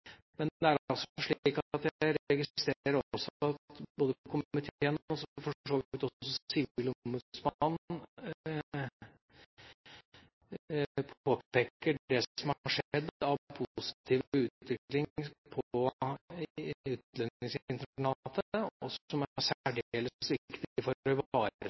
men jeg registrerer også at både komiteen og for så vidt også sivilombudsmannen påpeker det som har skjedd av positiv utvikling på utlendingsinternatet, og som er særdeles viktig for